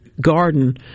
garden